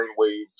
brainwaves